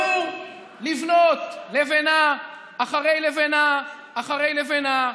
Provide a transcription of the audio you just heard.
והוא לבנות, לבנה אחרי לבנה אחרי לבנה,